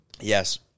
Yes